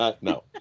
No